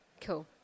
Cool